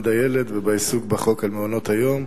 הילד ובעיסוק בחוק הפיקוח על מעונות-היום,